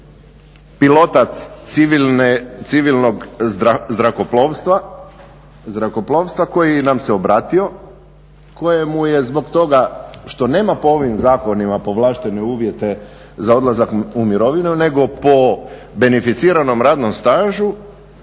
pilota civilnog zrakoplovstva koji nam se obratio kojemu je zbog toga što nema po ovim zakonima povlaštene uvjete za odlazak u mirovinu nego po beneficiranom radnom stažu,